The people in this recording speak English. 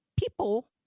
People